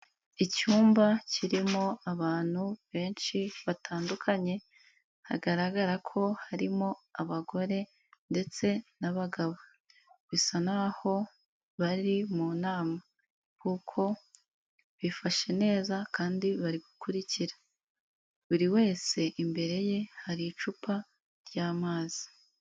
Icyumba kirimo abantu benshi batandukanye hagaragara ko harimo abagore ndetse n'abagabo bisa n'aho bari mu nama kuko bifashe neza kandi bari gukurikira buri wese imbere ye hari icupa ry'amazi.